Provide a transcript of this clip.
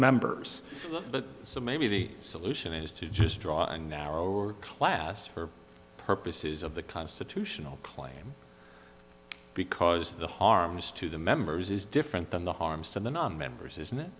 members but so maybe the solution is to just draw in now or class for purposes of the constitutional claim because the harms to the members is different than the harms to the nonmembers isn't it